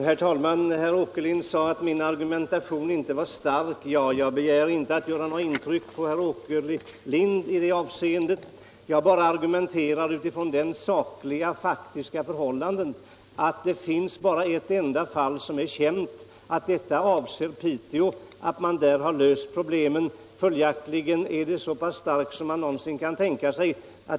Herr talman! Herr Åkerlind sade att min argumentation inte var stark. Jag begär inte att göra något intryck på herr Åkerlind i det avseendet. Jag bara argumenterar utifrån det sakliga, faktiska förhållandet — att det bara är ett enda fall som är känt, att detta avser Piteå och att man där har löst problemen. Följaktligen är argumentationen så stark som man någonsin kan tänka sig.